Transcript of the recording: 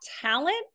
talent